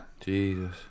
Jesus